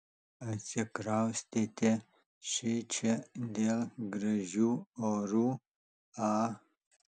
atsikraustėte šičia dėl gražių orų a